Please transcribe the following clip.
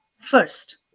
first